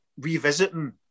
revisiting